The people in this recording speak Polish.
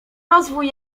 rozwój